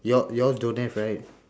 your your don't have right